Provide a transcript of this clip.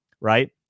right